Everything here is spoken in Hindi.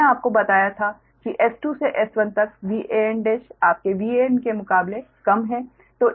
मैंने आपको बताया था कि S2 से S1 तक Van1 आपके Van के मुकाबले कम है